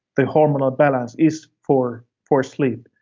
the hormonal balance is for for sleep.